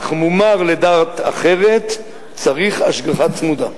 אך מומר לדת אחרת צריך השגחה צמודה.